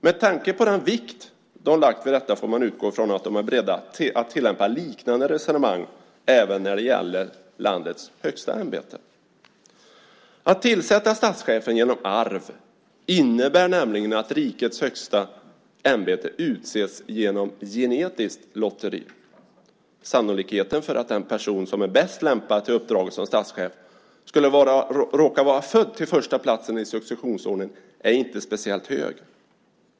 Med tanke på den vikt de lagt vid detta får man utgå från att de är beredda att tillämpa liknande resonemang även när det gäller landets högsta ämbete. Att tillsätta statschefen genom arv innebär nämligen att personen på rikets högsta ämbete utses genom genetiskt lotteri. Sannolikheten för att den person som är bäst lämpad för uppdraget som statschef råkar vara född till första platsen i successionsordningen är inte speciellt stor.